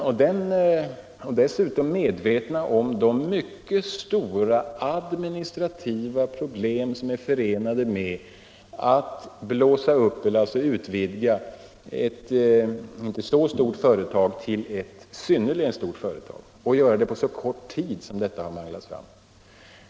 Och dessutom var vi medvetna om de mycket stora administrativa problem som är förenade med att blåsa upp — alltså att utvidga — ett inte så stort företag till ett synnerligen stort företag, och att göra det på så kort tid som detta har pressats fram!